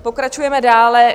Pokračujeme dále.